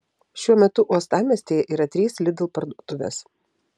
šiuo metu uostamiestyje yra trys lidl parduotuvės